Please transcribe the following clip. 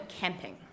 camping